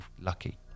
lucky